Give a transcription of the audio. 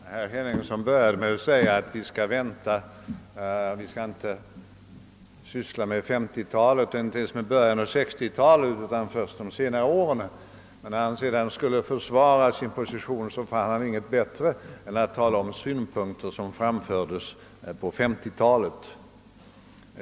Herr talman! Herr Henningsson började med att säga att vi inte skall syssla med 1950-talet och inte ens med början av 1960-talet utan med de senaste åren. Men när han sedan skulle försvara sin position fann han inget bättre att tala om än synpunkter som framfördes på 1950-talet.